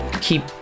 keep